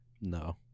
No